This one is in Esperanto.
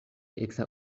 eksa